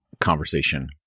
conversation